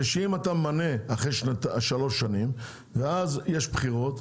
זה שאם אתה ממנה אחרי שלוש שנים ואז יש בחירות,